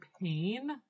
pain